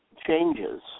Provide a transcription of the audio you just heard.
changes